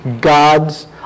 gods